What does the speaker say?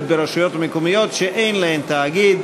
הרווחה והבריאות להכנתה לקריאה ראשונה.